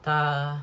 他